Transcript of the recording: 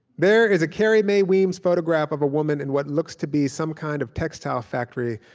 there is a carrie mae weems photograph of a woman in what looks to be some kind of textile factory,